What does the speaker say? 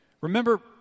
Remember